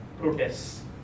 protests